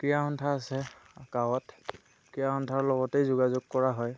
ক্ৰীড়া সন্থা আছে গাঁৱত ক্ৰীড়া সন্থাৰ লগতেই যোগাযোগ কৰা হয়